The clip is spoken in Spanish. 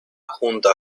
junto